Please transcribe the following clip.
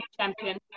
champion